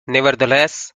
nevertheless